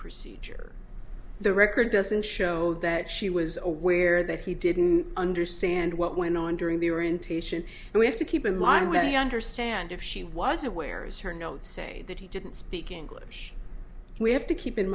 procedure the record doesn't show that she was aware that he didn't understand what went on during the orientation and we have to keep in mind we understand if she was aware of her notes say that he didn't speak english we have to keep in